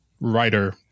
writer